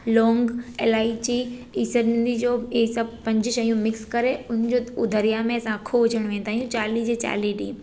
लौंग एलाची ई सभिनी जो ई सभु पंज शयूं मिक्स करे हुनजो उहो असां दरिया में अखो विझण वेंदा आहियूं चालीह जे चालीह ॾींहं